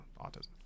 autism